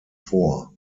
vor